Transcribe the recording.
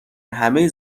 همه